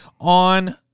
on